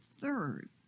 third